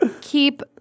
keep